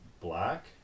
black